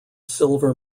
silver